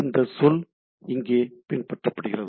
இந்த சொல் இங்கே பின்பற்றப்படுகிறது